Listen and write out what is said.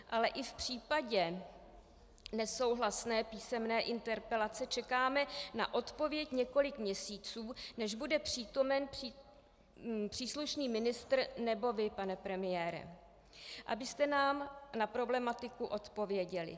Ale i v případě nesouhlasné písemné interpelace čekáme na odpověď několik měsíců, než bude přítomen příslušný ministr nebo vy, pane premiére, abyste nám na problematiku odpověděli.